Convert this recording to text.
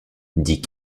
dit